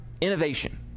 innovation